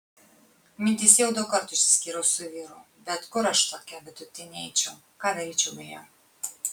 mintyse jau daug kartų išsiskyriau su vyru bet kur aš tokia vidutinė eičiau ką daryčiau be jo